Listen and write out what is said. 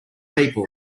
people